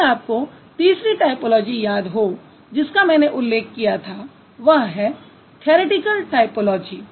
यदि आपको तीसरी टायपोलॉजी याद हो जिसका मैंने उल्लेख किया था वह है थ्यरिटिकल टायपोलॉजी